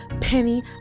Penny